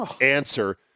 answer